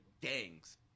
gangs